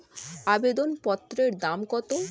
আবেদন পত্রের দাম কত?